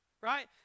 right